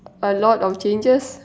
a lot of changes